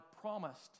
promised